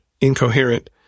incoherent